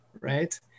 right